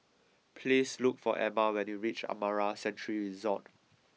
please look for Emma when you reach Amara Sanctuary Resort